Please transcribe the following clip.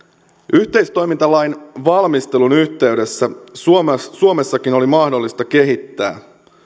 yhteistoimintalain valmistelun yhteydessä suomessakin oli mahdollista kehittää